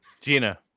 Gina